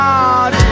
God